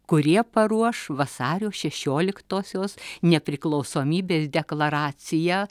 kurie paruoš vasario šešioliktosios nepriklausomybės deklaraciją